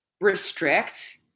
restrict